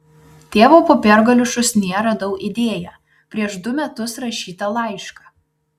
tėvo popiergalių šūsnyje radau idėją prieš du metus rašytą laišką